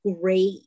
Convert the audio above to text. great